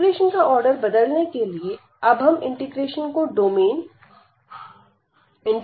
integration का order बदलने के लिए अब हम इंटीग्रेशन का डोमेन बनाएंगे